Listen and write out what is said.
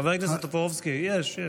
חבר הכנסת טופורובסקי, יש.